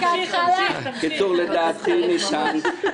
כמובן.